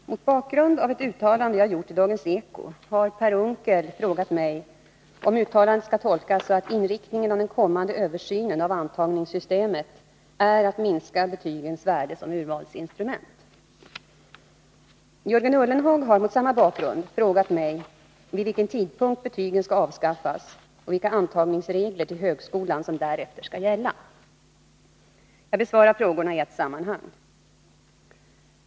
Herr talman! Mot bakgrund av ett uttalande jag gjort i Dagens Eko har Per Unckel frågat mig om uttalandet skall tolkas så, att inriktningen av den kommande översynen av antagningssystemet är att minska betygens värde som urvalsinstrument. Jörgen Ullenhag har mot samma bakgrund frågat mig vid vilken tidpunkt betygen skall avskaffas och vilka regler för antagning till högskolan som därefter skall gälla. Jag besvarar frågorna i ett sammanhang.